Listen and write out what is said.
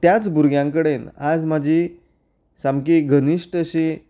त्याच भुरग्यां कडेन आज म्हजी सामकी घनिश्ट अशी